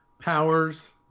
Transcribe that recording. powers